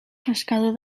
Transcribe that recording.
pescador